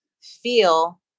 Feel